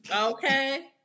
Okay